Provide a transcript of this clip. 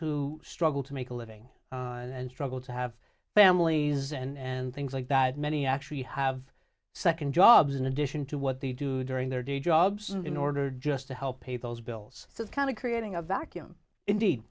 who struggle to make a living and struggle to have families and things like that many actually have second jobs in addition to what they do during their day jobs and in order just to help pay those bills so it's kind of creating a vacuum indeed